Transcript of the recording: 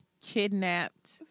kidnapped